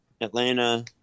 Atlanta